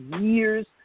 years